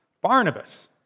Barnabas